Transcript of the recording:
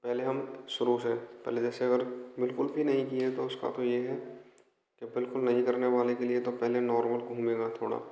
पहले हम शुरू से पहले जैसे अगर बिल्कुल भी नहीं किये तो उसका तो ये है कि बिल्कुल नहीं करने वाले के लिए पहले नार्मल घूम लेना है थोड़ा